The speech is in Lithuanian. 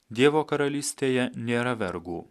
dievo karalystėje nėra vergų